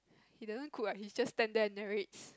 he doesn't cook what he just stand there and narrates